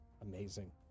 Amazing